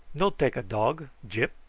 no take a dog gyp!